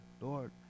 Lord